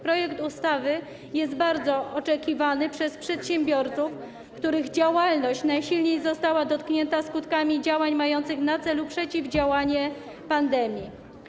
Projekt ustawy jest bardzo oczekiwany przez przedsiębiorców, których działalność została najsilniej dotknięta skutkami działań mających na celu przeciwdziałanie pandemii.